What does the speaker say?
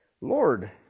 Lord